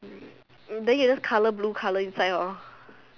then you use color blue color inside lor